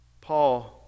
Paul